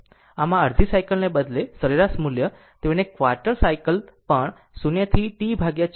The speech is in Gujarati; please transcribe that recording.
આમ અડધી સાયકલ ને બદલે સરેરાશ મૂલ્ય તેને ક્વાર્ટર સાયકલ પણ 0 થી T 4 છે